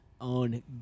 on